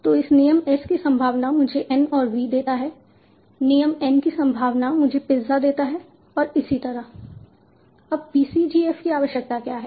तो इस नियम S की संभावना मुझे N और V देता है नियम N की संभावना मुझे पिज़्ज़ा देता है और इसी तरह अब PCGF की आवश्यकता क्या है